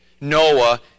Noah